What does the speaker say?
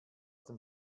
dem